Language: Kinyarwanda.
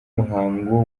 umuhango